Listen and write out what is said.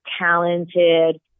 talented